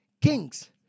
kings